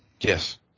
Yes